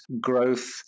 growth